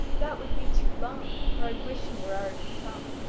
that would be too long for i wish he were already come.